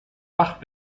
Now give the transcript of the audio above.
bach